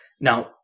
Now